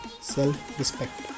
Self-Respect